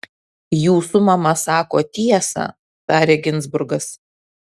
jūsų mama sako tiesą tarė ginzburgas